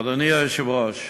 אדוני היושב-ראש,